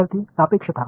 विद्यार्थीः सापेक्षता